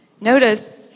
Notice